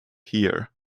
here